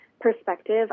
perspective